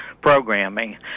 programming